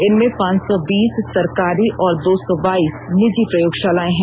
इनमें पांच सौ बीस सरकारी और दो सौ बाईस निजी प्रयोगशालाएं हैं